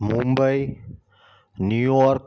Mumbai New York